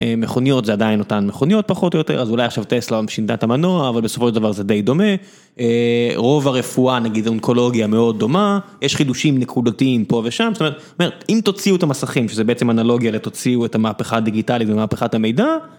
מכוניות, זה עדיין נותן מכוניות פחות או יותר, אז אולי עכשיו טסלה היום שינתה את המנוע, אבל בסופו של דבר זה די דומה, רוב הרפואה נגיד אונקולוגיה מאוד דומה, יש חידושים נקודתיים פה ושם, זאת אומרת, אם תוציאו את המסכים, שזה בעצם אנלוגיה לתוציאו את המהפכה הדיגיטלית ומהפכת המידע.